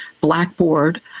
Blackboard